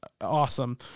awesome